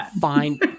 fine